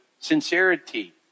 sincerity